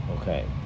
okay